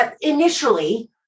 initially